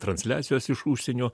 transliacijos iš užsienio